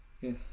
Yes